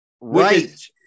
right